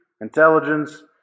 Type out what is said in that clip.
intelligence